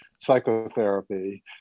psychotherapy